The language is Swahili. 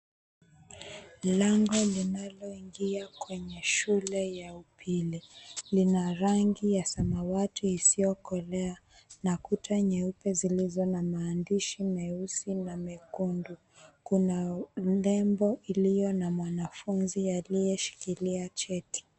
Lango linaloingia kwenye shule ya upili. Lina rangi ya samawati isiyokolea. Na kuta nyeupe zilizo na maandishi meusi na mekundu. Kuna thembo iliyo na mwanafunzi aliyeshikilia cheti.